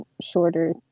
shorter